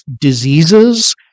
diseases